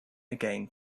again